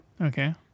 Okay